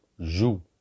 Jou